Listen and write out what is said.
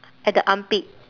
at the armpit